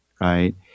right